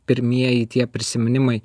pirmieji tie prisiminimai